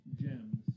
gems